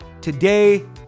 today